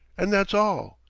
and that's all.